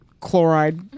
chloride